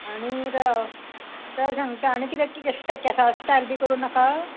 आनी राव तें सांगता आनी किदें किदें तें केंसा स्टायल बी करूं नाका